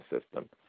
system